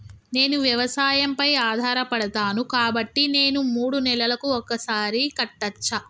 నేను వ్యవసాయం పై ఆధారపడతాను కాబట్టి నేను మూడు నెలలకు ఒక్కసారి కట్టచ్చా?